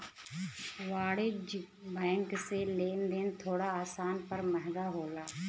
वाणिज्यिक बैंक से लेन देन थोड़ा आसान पर महंगा होला